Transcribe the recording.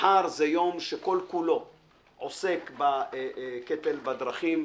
מחר זה יום שכל כולו עוסק בקטל בדרכים,